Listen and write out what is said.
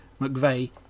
McVeigh